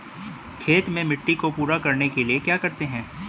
खेत में मिट्टी को पूरा करने के लिए क्या करते हैं?